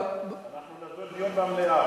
אנחנו נדון דיון במליאה,